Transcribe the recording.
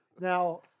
Now